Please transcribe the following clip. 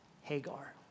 Hagar